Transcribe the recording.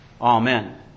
Amen